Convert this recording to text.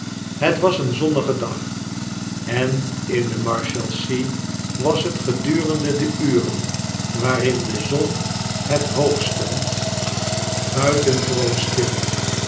het was een zonnige dag en in de marshalsea was het gedurende de uren waarin de zon het hoogst stond buitengewoon stil